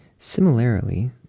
Similarly